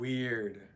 Weird